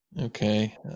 Okay